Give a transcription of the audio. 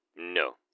No